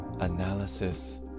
analysis